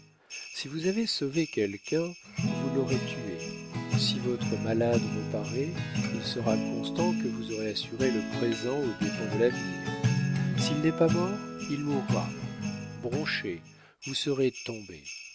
si vous avez sauvé quelqu'un vous l'aurez tué si votre malade reparaît il sera constant que vous aurez assuré le présent aux dépens de l'avenir s'il n'est pas mort il mourra bronchez vous serez tombé